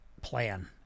plan